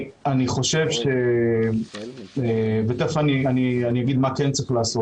ותיכף אני אגיד מה כן צריך לעשות.